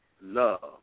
love